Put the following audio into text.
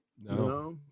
no